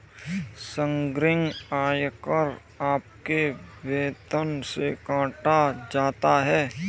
संघीय आयकर आपके वेतन से काटा जाता हैं